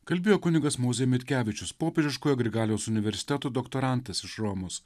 kalbėjo kunigas mozė mitkevičius popiežiškojo grigaliaus universiteto doktorantas iš romos